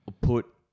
put